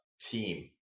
team